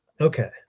okay